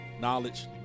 knowledge